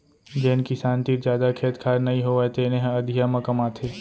जेन किसान तीर जादा खेत खार नइ होवय तेने ह अधिया म कमाथे